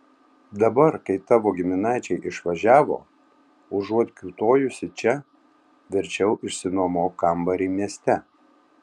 dabar kai tavo giminaičiai išvažiavo užuot kiūtojusi čia verčiau išsinuomok kambarį mieste